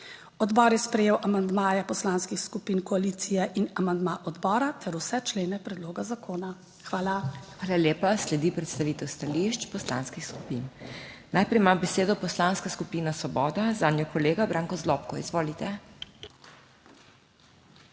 Odbor je sprejel amandmaje poslanskih skupin koalicije in amandma odbora ter vse člene predloga zakona. Hvala. **PODPREDSEDNICA MAG. MEIRA HOT:** Hvala lepa. Sledi predstavitev stališč poslanskih skupin, najprej ima besedo Poslanska skupina Svoboda, zanjo kolega Branko Zlobko. Izvolite.